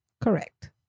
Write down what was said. Correct